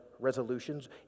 resolutions